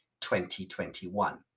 2021